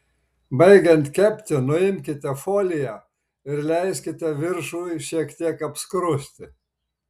baigiant kepti nuimkite foliją ir leiskite viršui šiek tiek apskrusti